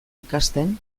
ikasten